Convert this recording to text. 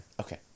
okay